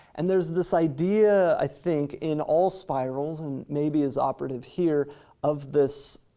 and there's this idea, i think, in all spirals and maybe is operative here of this,